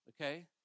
Okay